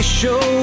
show